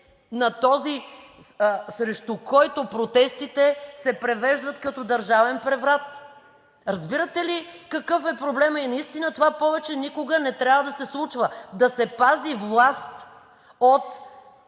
на този, срещу който протестите се превеждат като държавен преврат? Разбирате ли какъв е проблемът? И наистина това повече никога не трябва да се случва – да се пази власт от